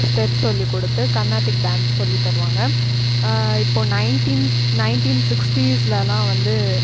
step சொல்லிக் கொடுத்து Carnatic dance சொல்லித் தருவாங்கள் இப்போ நயன்டின் நயன்டின் சிக்ஸ்டீஸ்லாம் வந்து